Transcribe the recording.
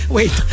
Wait